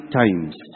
times